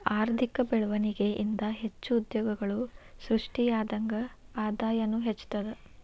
ಆರ್ಥಿಕ ಬೆಳ್ವಣಿಗೆ ಇಂದಾ ಹೆಚ್ಚು ಉದ್ಯೋಗಗಳು ಸೃಷ್ಟಿಯಾದಂಗ್ ಆದಾಯನೂ ಹೆಚ್ತದ